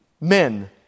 men